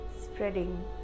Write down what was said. spreading